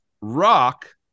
Rock